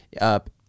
up